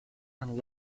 and